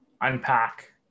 unpack